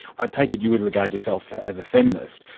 i take it you would regard yourself as a feminist.